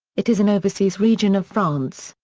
it is an overseas region of france,